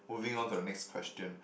moving on to the next question